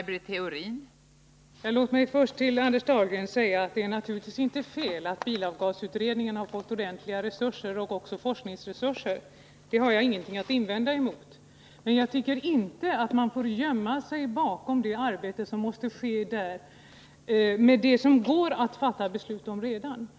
Fru talman! Låt mig först säga till Anders Dahlgren att det naturligtvis inte är fel att bilavgasutredningen har fått ordentliga resurser — också forskningsresurser. Det har jag ingenting att invända emot. Men jag tycker inte att man får gömma sig bakom det arbete som måste ske där för att komma ifrån det som går att fatta beslut om redan.